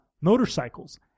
motorcycles